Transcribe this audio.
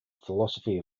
philosophy